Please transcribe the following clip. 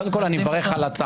אני אשתדל להקדים אותם בזמן.